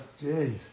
Jeez